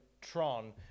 tron